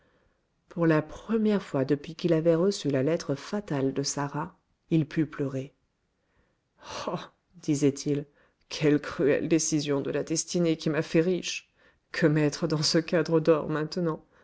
pour la première fois depuis qu'il avait reçu la lettre fatale de sarah il put pleurer oh disait-il cruelle dérision de la destinée qui m'a fait riche que mettre dans ce cadre d'or maintenant